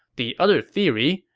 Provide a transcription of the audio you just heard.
the other theory,